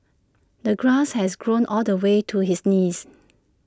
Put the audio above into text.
the grass has grown all the way to his knees